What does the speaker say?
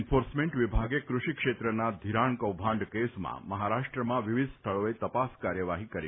enforcement વિભાગે કૃષિ ક્ષેત્રના ઘિરાણ કૌભાંડ કેસમાં મહારાષ્ટ્રમાં વિવિધ સ્થળોએ તપાસ કાર્યવાહી કરી છે